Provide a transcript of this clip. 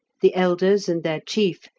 the elders and their chief,